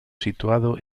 situado